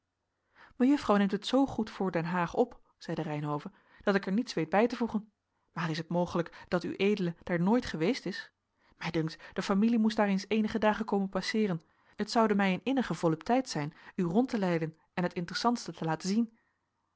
mejuffrouw neemt het zoo goed voor den haag op zeide reynhove dat ik er niets weet bij te voegen maar is het mogelijk dat ued daar nooit geweest is mij dunkt de familie moest daar eens eenige dagen komen passeeren het zoude mij een innige volupteit zijn u rond te leiden en het interessantste te laten zien